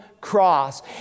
cross